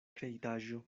kreitaĵo